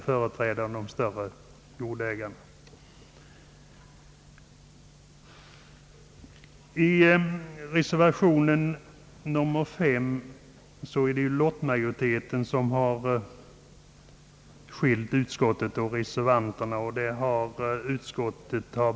Herr Isacson skall väl rimligtvis företräda de större jordägarna.